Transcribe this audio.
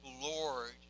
Lord